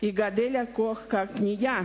יגדל כוח הקנייה